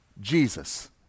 Jesus